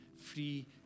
free